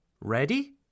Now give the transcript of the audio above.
Ready